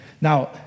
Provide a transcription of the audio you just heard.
Now